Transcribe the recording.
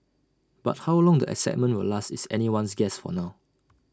but how long the excitement will last is anyone's guess for now